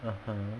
(uh huh)